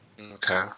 Okay